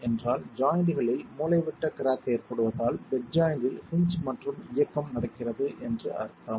என்றால் ஜாய்ண்ட்களில் மூலைவிட்ட கிராக் ஏற்படுவதால் பெட் ஜாய்ண்ட்டில் ஹின்ஜ் மற்றும் இயக்கம் நடக்கிறது என்று அர்த்தம்